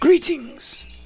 Greetings